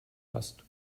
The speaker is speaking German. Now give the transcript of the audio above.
hast